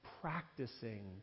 practicing